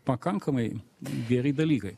pakankamai geri dalykai